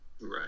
Right